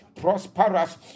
Prosperous